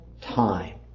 time